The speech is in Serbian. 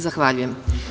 Zahvaljujem.